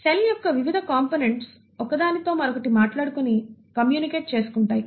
cell యొక్క వివిధ components ఒకదానితో మరొకటి మాట్లాడుకుని కమ్యూనికేట్ చేసుకుంటాయి